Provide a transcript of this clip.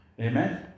Amen